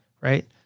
right